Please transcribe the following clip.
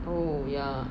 oh yeah